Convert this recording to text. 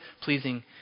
pleasing